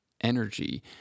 energy